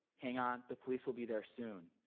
hang on, the police will be there soon.